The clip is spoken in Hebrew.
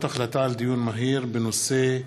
דיון מהיר בהצעתה של חברת הכנסת עליזה לביא בנושא: